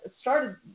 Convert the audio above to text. started